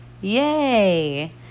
Yay